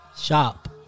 Shop